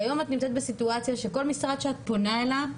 כיום את נמצאת בסיטואציה שכל משרד שאת פונה אליו,